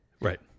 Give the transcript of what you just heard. Right